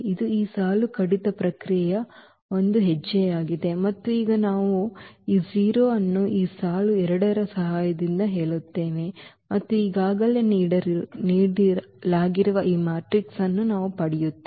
ಇದು ಈ ಸಾಲು ಕಡಿತ ಪ್ರಕ್ರಿಯೆಯ ಒಂದು ಹೆಜ್ಜೆಯಾಗಿದೆ ಮತ್ತು ಈಗ ನಾವು ಈ 0 ಅನ್ನು ಈ ಸಾಲು 2 ರ ಸಹಾಯದಿಂದ ಹೇಳುತ್ತೇವೆ ಮತ್ತು ಈಗಾಗಲೇ ನೀಡಲಾಗಿರುವ ಈ ಮ್ಯಾಟ್ರಿಕ್ಸ್ ಅನ್ನು ನಾವು ಪಡೆಯುತ್ತೇವೆ